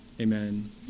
Amen